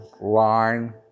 line